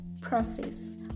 process